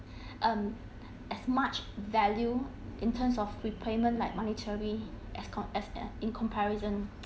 um as much value in terms of repayment like monetary as com~ as a in comparison